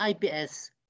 IPS